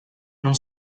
non